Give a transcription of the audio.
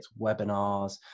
webinars